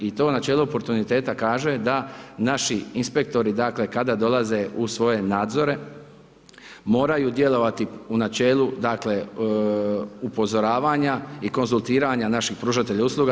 I to načelo portuniteta kaže da naši inspektori, dakle, kada dolaze u svoje nadzore moraju djelovati u načelu, dakle, upozoravanja i konzultiranja naših pružatelja usluga.